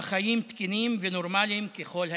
בחיים תקינים ונורמליים ככל האפשר.